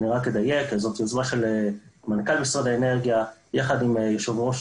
זאת יוזמה של מנכ"ל משרד האנרגיה יחד עם יושב-ראש